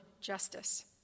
justice